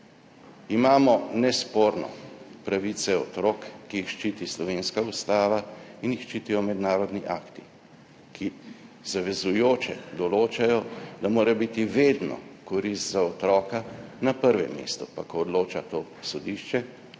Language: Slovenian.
Imamo nesporno pravice otrok, ki jih ščiti slovenska Ustava in jih ščitijo mednarodni akti, ki zavezujoče določajo, da mora biti vedno v korist za otroka na prvem mestu pa ko odloča to sodišče,